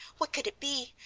what could it be?